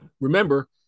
Remember